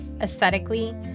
aesthetically